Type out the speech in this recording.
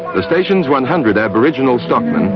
the station's one hundred aboriginal stockmen,